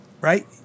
right